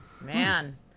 Man